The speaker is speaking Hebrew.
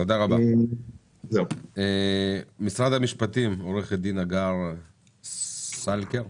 משרד המשפטים, בבקשה.